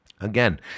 Again